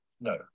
No